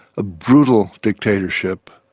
a brutal dictatorship,